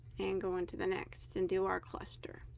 and go into the next and do our cluster.